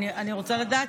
אני רוצה לדעת,